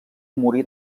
morí